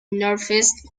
northeast